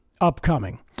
upcoming